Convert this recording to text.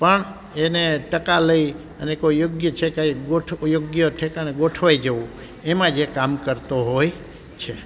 પણ એને ટકા લઈ અને કોઈ યોગ્ય છે કંઈ ગોઠ યોગ્ય ઠેકાણે ગોઠવાઈ જવું એમાં જ એ કામ કરતો હોય છે